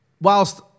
Whilst